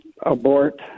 abort